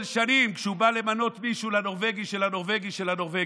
שנים כשהוא בא למנות מישהו לנורבגי של הנורבגי